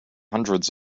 hundreds